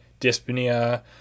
dyspnea